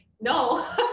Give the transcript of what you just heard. no